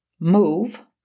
Move